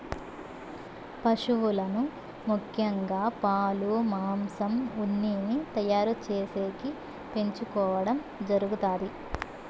పసువులను ముఖ్యంగా పాలు, మాంసం, ఉన్నిని తయారు చేసేకి పెంచుకోవడం జరుగుతాది